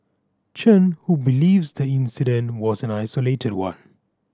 Chen who believes the incident was an isolated one